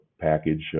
package